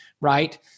right